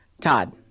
Todd